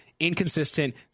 Inconsistent